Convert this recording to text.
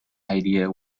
idea